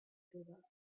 gave